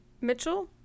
Mitchell